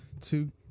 two